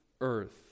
earth